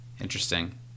Interesting